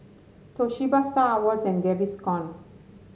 Toshiba Star Awards and Gaviscon